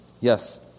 yes